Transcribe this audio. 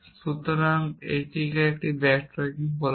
সুতরাং যখন এটি এখানে ব্যাক ট্র্যাকিং হয়